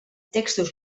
textos